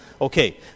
Okay